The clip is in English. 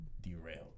derailed